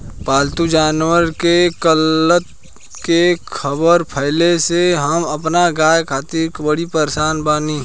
पाल्तु जानवर के कत्ल के ख़बर फैले से हम अपना गाय खातिर बड़ी परेशान बानी